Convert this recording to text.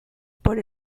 por